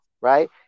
right